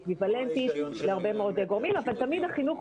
היא אקוויוולנטית להרבה מאוד גורמים אבל תמיד החינוך,